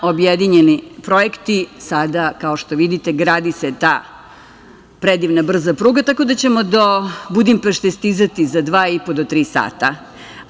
Objedinjeni projekti sada, kao što vidite, gradi se ta predivna brza pruga, tako da ćemo do Budimpešte stizati za dva i po do tri sata.